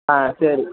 ஆ சரி